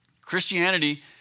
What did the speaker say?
Christianity